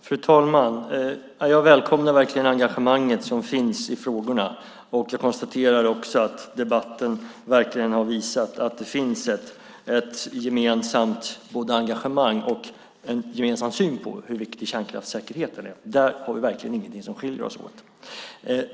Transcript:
Fru talman! Jag välkomnar verkligen det engagemang som finns i frågorna. Jag konstaterar också att debatten verkligen har visat att det finns ett gemensamt engagemang och en gemensam syn på hur viktig kärnkraftssäkerheten är. Där har vi verkligen ingenting som skiljer sig åt.